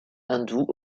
hindous